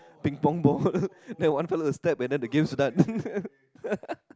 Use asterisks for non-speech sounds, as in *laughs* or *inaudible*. Ping Pong ball *laughs* and then one fella will step and then the games were done *laughs*